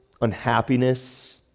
unhappiness